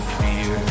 fear